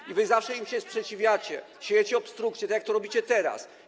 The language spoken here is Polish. I wy zawsze im się sprzeciwiacie, siejecie obstrukcję, tak jak to robicie teraz.